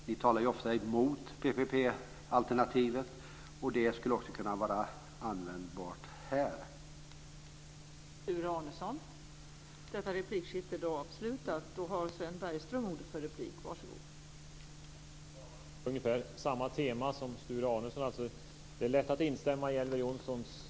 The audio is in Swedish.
Ni talar ju ofta mot PPP-alternativet och det skulle kunna vara användbart också här.